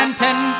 ten